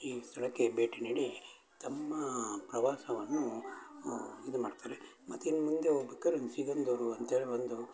ಈ ಸ್ಥಳಕ್ಕೆ ಭೇಟಿ ನೀಡಿ ತಮ್ಮ ಪ್ರವಾಸವನ್ನು ಇದು ಮಾಡ್ತಾರೆ ಮತ್ತು ನೀವು ಮುಂದೆ ಹೋಗ್ಬೇಕಾದ್ರೆ ಒಂದು ಸಿಗಂದೂರು ಅಂತೇಳಿ ಒಂದು